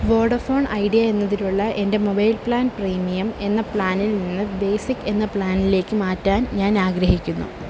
Vodafone Idea എന്നതിലുള്ള എൻ്റെ mobile plan premium എന്ന പ്ലാനിൽ നിന്നും ബേസിക്ക് എന്ന പ്ലാനിലേക്ക് മാറ്റാൻ ഞാനാഗ്രഹിക്കുന്നു